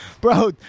bro